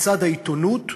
בצד העיתונות,